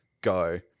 go